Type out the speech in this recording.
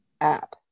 app